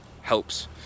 helps